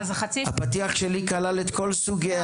הפתיח שלי כלל את כל סוגי